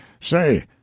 Say